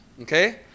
Okay